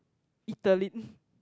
italy